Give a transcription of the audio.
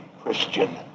Christian